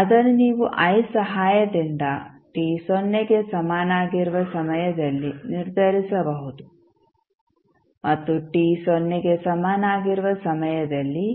ಅದನ್ನು ನೀವು i ಸಹಾಯದಿಂದ t ಸೊನ್ನೆಗೆ ಸಮನಾಗಿರುವ ಸಮಯದಲ್ಲಿ ನಿರ್ಧರಿಸಬಹುದು ಮತ್ತು t ಸೊನ್ನೆಗೆ ಸಮನಾಗಿರುವ ಸಮಯದಲ್ಲಿ